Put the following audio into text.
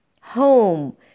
home